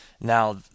Now